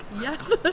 yes